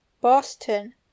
Boston